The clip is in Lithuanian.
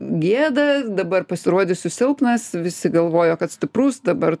gėda dabar pasirodysiu silpnas visi galvojo kad stiprus dabar